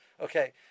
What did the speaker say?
Okay